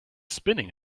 spinning